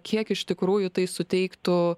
kiek iš tikrųjų tai suteiktų